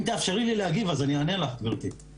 אם תאפשרי לי להגיב, אז אני אענה לך, גברתי.